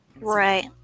right